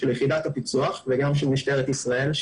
של יחידת הפיצו"ח וגם של משטרת ישראל,